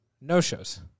no-shows